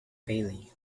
bailey